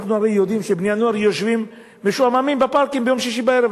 אנחנו הרי יודעים שבני-הנוער יושבים משועממים בפארקים ביום שישי בערב,